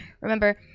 remember